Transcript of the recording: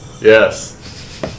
Yes